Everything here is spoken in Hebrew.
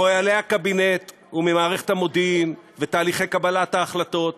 מחוליי הקבינט וממערכת המודיעין ותהליכי קבלת ההחלטות,